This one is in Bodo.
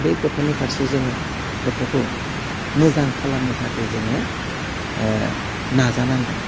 बे गथ'नि फारसे जोङो गथ'खौ मोजां खालामनो थाखाइ जोङो ओह नाजानांगोन